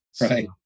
Right